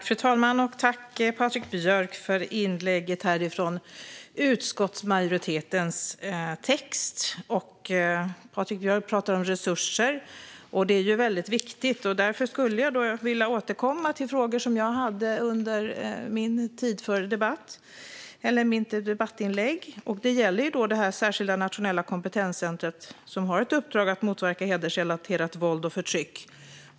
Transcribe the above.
Fru talman! Tack, Patrik Björck, för inlägget utifrån utskottsmajoritetens text! Patrik Björck talar om resurser. Det är väldigt viktigt. Därför skulle jag vilja återkomma till frågor som jag tog upp i mitt anförande. Det nationella kompetenscentret vid Länsstyrelsen i Östergötlands län har ett uppdrag att motverka hedersrelaterat våld och förtryck.